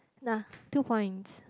nah two points